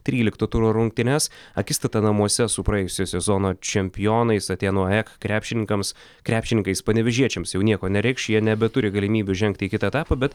trylikto turo rungtynes akistata namuose su praėjusio sezono čempionais atėnų aek krepšininkams krepšininkais panevėžiečiams jau nieko nereikš jie nebeturi galimybių žengti į kitą etapą bet